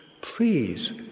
please